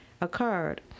occurred